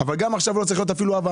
אבל גם עכשיו לא צריך להיות אפילו הווה